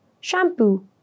Shampoo